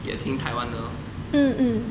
也听台湾的 lor